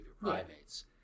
primates